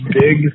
big